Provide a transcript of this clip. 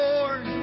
Lord